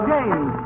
James